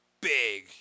big